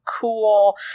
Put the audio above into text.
cool